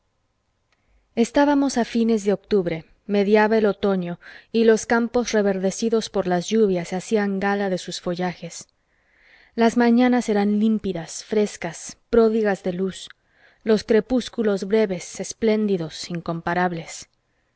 estábamos a fines de octubre mediaba el otoño y los campos reverdecidos por las lluvias hacían gala de sus follajes las mañanas eran límpidas frescas pródigas de luz los crepúsculos breves espléndidos incomparables